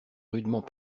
rudement